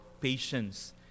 patience